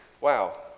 wow